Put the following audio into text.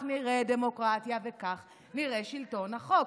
נראית דמוקרטיה וכך נראה שלטון החוק.